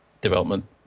development